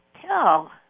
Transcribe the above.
Tell